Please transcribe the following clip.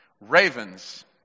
ravens